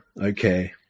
Okay